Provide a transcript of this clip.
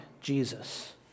Jesus